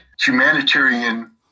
Humanitarian